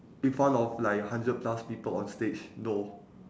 in front of like hundred plus people on stage no